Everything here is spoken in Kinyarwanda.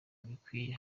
bikwiye